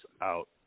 out